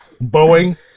Boeing